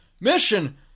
mission